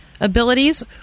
abilities